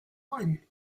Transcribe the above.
one